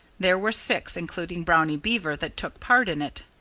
there were six, including brownie beaver, that took part in it.